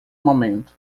momento